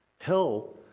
Hell